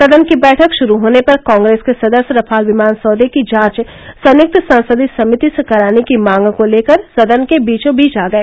सदन की बैठक शुरू होने पर कांग्रेस के सदस्य रफाल विमान सौदे की जांच संयुक्त संसदीय समिति से कराने की मांग को लेकर सदन के बीचों बीच आ गए